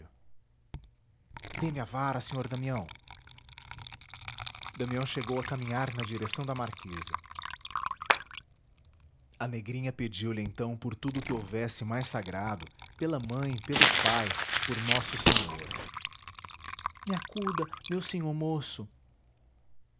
a vara sr damião damião chegou a caminhar na direção da marquesa a negrinha pediu-lhe então por tudo o que houvesse mais sagrado pela mãe pelo pai por nosso senhor me acuda meu sinhô moço